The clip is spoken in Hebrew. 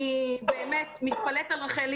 אני באמת מתפלאת על רחלי,